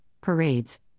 parades